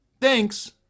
Thanks